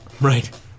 Right